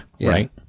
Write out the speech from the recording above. right